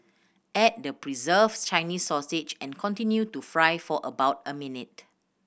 add the preserved Chinese sausage and continue to fry for about a minute